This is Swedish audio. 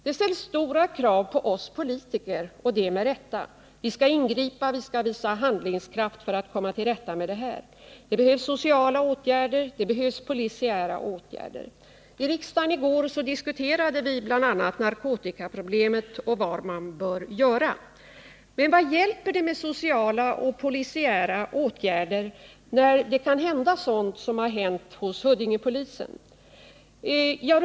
Det ställs stora krav på oss politiker, och det med rätta. Vi skall ingripa, och vi skall visa handlingskraft för att komma till rätta med dessa problem. Det behövs sociala åtgärder och det behövs polisiära åtgärder. I riksdagen diskuterade vi i går narkotikaproblemet och vad man bör göra åt det. Men vad hjälper sociala och polisiära åtgärder när sådant som hänt hos Huddingepolisen är möjligt?